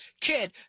kid